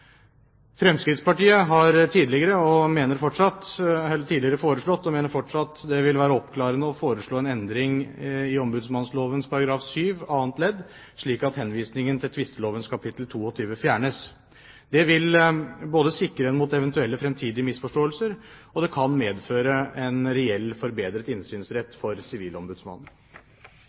Fremskrittspartiet har tidligere foreslått, og mener fortsatt, at det vil være oppklarende med en endring i ombudsmannsloven § 7 annet ledd, slik at henvisningen til tvisteloven kapittel 22 fjernes. Det vil både sikre en mot eventuelle fremtidige misforståelser, og det kan medføre en reell forbedret innsynsrett for Sivilombudsmannen.